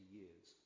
years